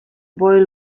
boy